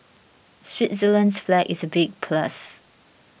Switzerland's flag is a big plus